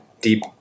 deep